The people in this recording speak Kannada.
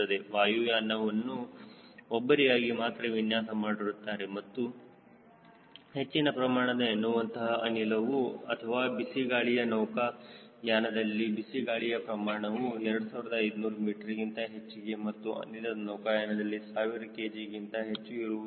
ವಾಯುಯಾನವು ಇಬ್ಬರಿಗಾಗಿ ಮಾತ್ರ ವಿನ್ಯಾಸ ಮಾಡಿರುತ್ತಾರೆ ಮತ್ತು ಹೆಚ್ಚಿನ ಪ್ರಮಾಣದ ಎತ್ತುವಂತಹ ಅನಿಲವು ಅಥವಾ ಬಿಸಿಗಾಳಿಯ ನೌಕಾ ಯಾನದಲ್ಲಿ ಬಿಸಿಗಾಳಿಯ ಪ್ರಮಾಣವು 2500 ಮೀಟರ್ ಗಿಂತ ಹೆಚ್ಚಿಗೆ ಮತ್ತು ಅನಿಲದ ನೌಕಾಯಾನದಲ್ಲಿ 1000 kg ಗಿಂತ ಹೆಚ್ಚು ಇರುವುದಿಲ್ಲ